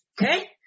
Okay